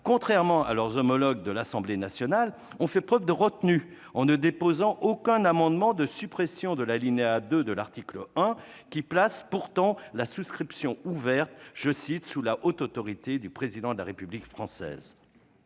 contrairement à leurs homologues de l'Assemblée nationale, ont fait preuve de retenue en ne déposant aucun amendement de suppression de l'alinéa 2 de l'article 1, qui place pourtant la souscription ouverte « sous la haute autorité du Président de la République française